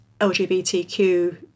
LGBTQ